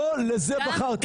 לא לזה בחרתי בך.